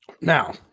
Now